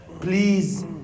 please